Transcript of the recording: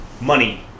money